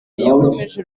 yakomeje